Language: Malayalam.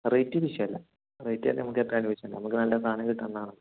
റേറ്റ് വിഷയം അല്ല റേറ്റ് നമുക്ക് എത്ര ആയാലും വിഷയം അല്ല നമുക്ക് നല്ല സാധനം കിട്ടുന്നത് ആണ്